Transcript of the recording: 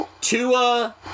Tua